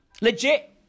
Legit